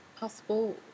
possible